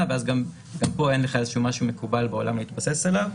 ואז גם פה אין משהו מקובל בעולם להתבסס עליו.